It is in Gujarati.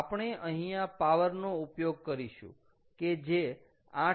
આપણે અહીયા પાવર નો ઉપયોગ કરીશું કે જે 8